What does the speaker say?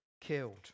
killed